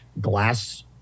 glass